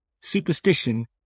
Superstition